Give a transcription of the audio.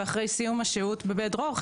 ולאחר סיום השהות בבית דרור,